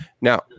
Now